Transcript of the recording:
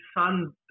son